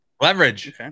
Leverage